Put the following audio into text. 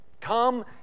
Come